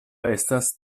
estas